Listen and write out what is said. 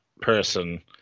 person